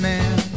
Man